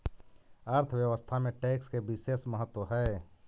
अर्थव्यवस्था में टैक्स के बिसेस महत्व हई